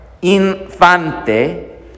infante